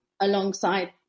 alongside